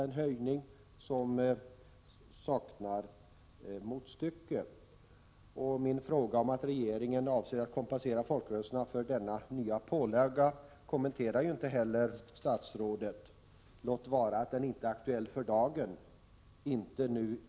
Är civilministern beredd att redovisa regeringens skäl för att tillåta en höjning med nära en tredubbling av abonnemangsavgiften? 2.